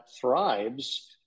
thrives